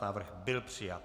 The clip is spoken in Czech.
Návrh byl přijat.